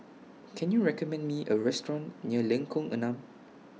Can YOU recommend Me A Restaurant near Lengkong Enam